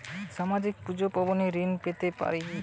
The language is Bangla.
সামাজিক পূজা পার্বণে ঋণ পেতে পারে কি?